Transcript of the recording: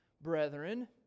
Brethren